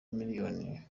miliyoni